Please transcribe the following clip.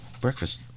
breakfast